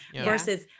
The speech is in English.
versus